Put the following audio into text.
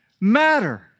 matter